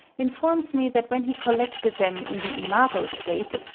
informs me that when he collected them in the imago state,